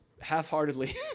half-heartedly